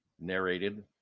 narrated